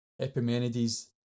Epimenides